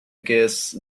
guess